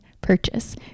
Purchase